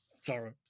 Sorry